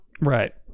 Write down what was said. Right